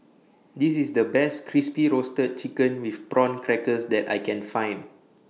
This IS The Best Crispy Roasted Chicken with Prawn Crackers that I Can Find